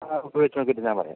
ആ ഉപയോഗിച്ച് നോക്കീട്ട് ഞാൻ പറയാം